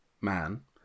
man